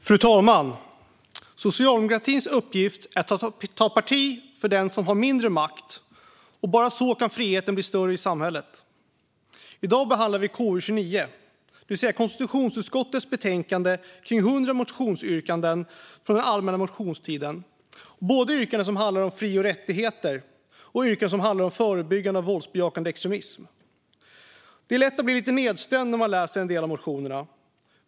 Fru talman! Socialdemokratins uppgift är att ta parti för den som har mindre makt. Bara så kan friheten bli större i samhället. I dag behandlar vi KU29, det vill säga konstitutionsutskottets betänkande om cirka 100 motionsyrkanden från allmänna motionstiden. Det är både yrkanden som handlar om fri och rättigheter och yrkanden som handlar om förebyggande av våldsbejakande extremism. Det är lätt att bli lite nedstämd när man läser en del av motionerna.